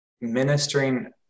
ministering